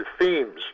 themes